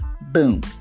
Boom